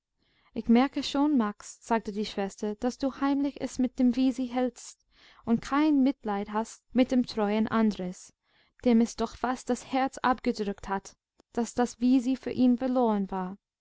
ich merke schon max sagte die schwester daß du heimlich es mit dem wisi hältst und kein mitleid hast mit dem treuen andres dem es doch fast das herz abgedrückt hat daß das wisi für ihn verloren war